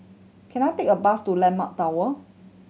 can I take a bus to Landmark Tower